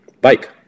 Bike